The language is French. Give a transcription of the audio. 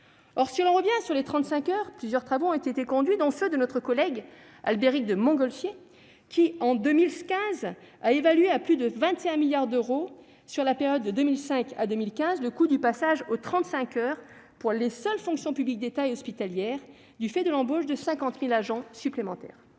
Or, si l'on revient sur les 35 heures, plusieurs travaux ont été conduits, dont ceux de notre collègue Albéric de Montgolfier : il chiffrait à 21 milliards d'euros, sur la période 2005-2015, le coût du passage aux 35 heures pour les seules fonctions publiques d'État et hospitalière, du fait de l'embauche de 50 000 agents supplémentaires.